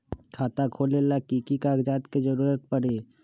खाता खोले ला कि कि कागजात के जरूरत परी?